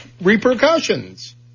repercussions